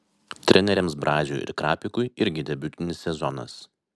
treneriams braziui ir krapikui irgi debiutinis sezonas